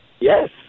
Yes